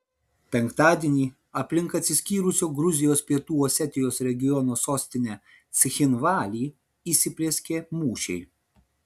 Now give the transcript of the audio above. penktadienį aplink atsiskyrusio gruzijos pietų osetijos regiono sostinę cchinvalį įsiplieskė mūšiai